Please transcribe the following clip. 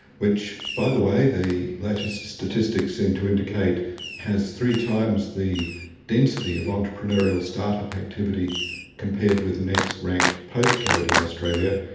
which by the way the latest statistics statistics seem to indicate has three times the density of entrepreneurial start-up activity compared with the next ranked postcode in australia,